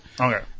Okay